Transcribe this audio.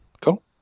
Cool